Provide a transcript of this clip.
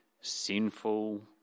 sinful